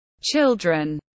children